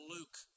Luke